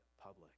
public